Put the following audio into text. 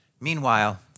Meanwhile